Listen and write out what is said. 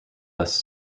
less